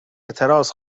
اعتراض